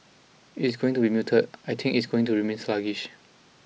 it is going to be muted I think it is going to remain sluggish